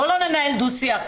בואי לא ננהל דו שיח.